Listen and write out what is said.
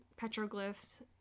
petroglyphs